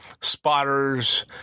spotters